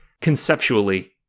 conceptually